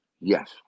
Yes